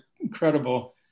incredible